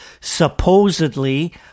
supposedly